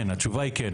התשובה היא כן.